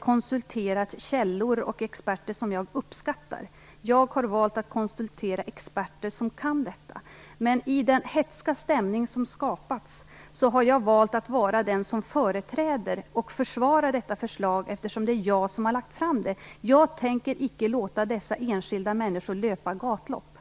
konsulterat källor och experter som jag uppskattar. Jag har valt att konsultera experter som kan detta område. Men i den hätska stämning som har skapats har jag valt att vara den som företräder och försvarar detta förslag, eftersom det är jag som har lagt fram det. Jag tänker icke låta dessa enskilda människor löpa gatlopp.